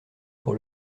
pour